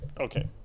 Okay